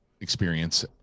experience